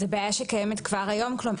זאת בעיה שקיימת כבר היום.